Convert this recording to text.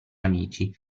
amici